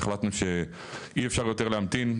החלטנו שאי אפשר יותר להמתין,